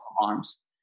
arms